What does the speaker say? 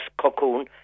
cocoon